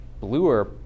bluer